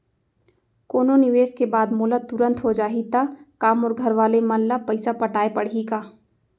कोनो निवेश के बाद मोला तुरंत हो जाही ता का मोर घरवाले मन ला पइसा पटाय पड़ही का?